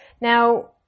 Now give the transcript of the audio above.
Now